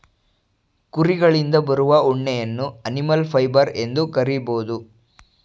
ಕುರಿಗಳಿಂದ ಬರುವ ಉಣ್ಣೆಯನ್ನು ಅನಿಮಲ್ ಫೈಬರ್ ಎಂದು ಕರಿಬೋದು